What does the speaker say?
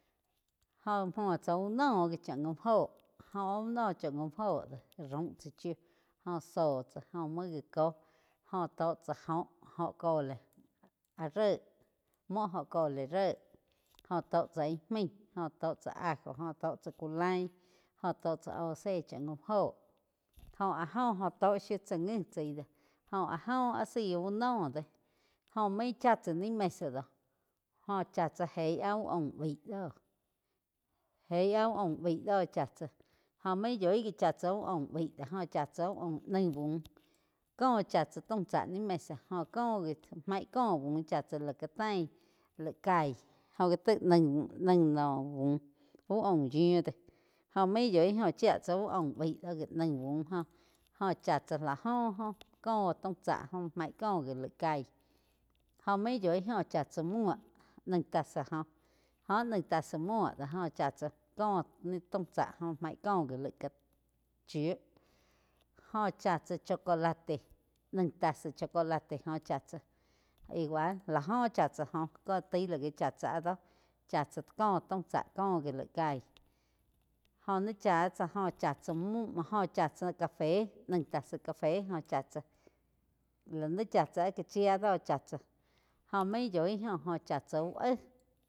Jó múo tsá úh noh gi cha gaum óho, óh áh uh nóh chá jaum óh do raum tsá chiu, jo zó tsá oh muo gi kóh óh tó tsá óho, óho cole áh ré múo óh cole ré jóh tó tsá ih maí jó tó cha ajo, jó tó chá ku lain óh tó tsá óh zé cha gaum óho óh áh joh óh tó shiu tsá ngi chaí do jóh áh óh áh zaí uh noh do jó main chá tsá ni mesa doh. Jóh chá tsá géi áh úh aum baí doh jei áh úh aum baí do chá tsá jó main yói chá tsá úh aum baí do jóh chá tsá uh aum naí bu. Có chá tsá taum cha ni mesa jóh có gi maig có bu chá tsá lai ka tain laig caí jóh gá taig naí-naí bu úh aum yiuu do jó main yoi go chía tsá uh aum baíg do gi nai bu jog óh chá tsá la jo óh có taum tsá maig cóh gi laig caí. Óh maig yoi go chá tsá muo naíh tasa joh jó áh naih tasa muo do go chá tsá có taum tsá jo maig có gi laig chiu jóh chá tsá chocolate naíh tasa chocolate jo cha tzá igual lá jo chá tsá joh có taig la ká cha tsa áh doh chá tsá co taum tsá có gi laig caí joh ni chá tsá jo cha tsá, jó chá tsá café naí tasa café óh chá tsah li ni chá tsá áh cá chia do chá tsá jo main yoi jo óh chá tsa úh éh.